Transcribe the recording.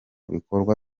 bikorwa